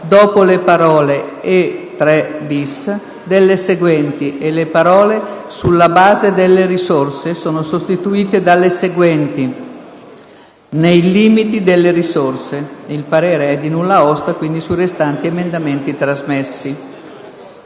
dopo le parole "«e 3-*bis*»" delle seguenti: "e le parole «sulla base delle risorse» sono sostituite dalle seguenti: «nei limiti delle risorse»". Il parere è di nulla osta sui restanti emendamenti trasmessi».